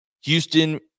Houston